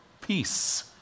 peace